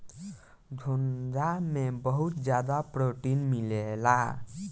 घोंघा में बहुत ज्यादा प्रोटीन मिलेला